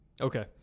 Okay